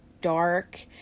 dark